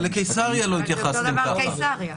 אז אותו הדבר בקיסריה.